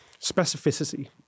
specificity